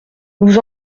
nous